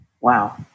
Wow